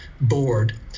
board